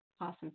Awesome